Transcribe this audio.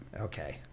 Okay